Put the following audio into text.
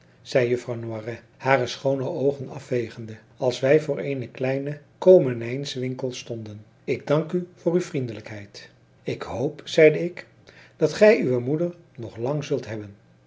zei juffrouw noiret hare schoone oogen afvegende als wij voor een kleinen koomenijswinkel stonden ik dank u voor uw vriendelijkheid ik hoop zeide ik dat gij uwe moeder nog lang zult hebben